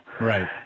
Right